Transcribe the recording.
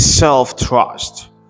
Self-trust